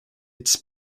its